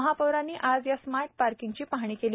महापौरांनी आज या स्मार्ट पार्किंगची पाहणी केली